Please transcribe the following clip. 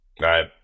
right